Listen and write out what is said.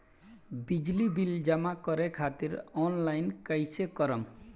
बिजली बिल जमा करे खातिर आनलाइन कइसे करम?